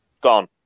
Gone